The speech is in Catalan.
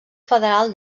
federal